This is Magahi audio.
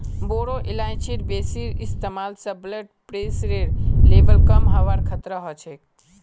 बोरो इलायचीर बेसी इस्तमाल स ब्लड प्रेशरेर लेवल कम हबार खतरा ह छेक